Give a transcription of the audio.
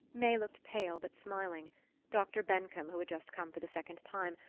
may looked pale but smiling dr. bencomb, who had just come for the second time,